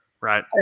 Right